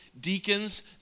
Deacons